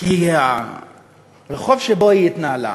כי הרחוב שבו היא התנהלה